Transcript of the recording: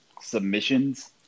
submissions